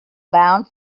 bound